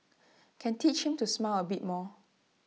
can teach him to smile A bit more